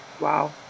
wow